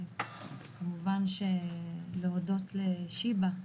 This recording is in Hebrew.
כמובן להודות לשיבא,